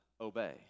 obey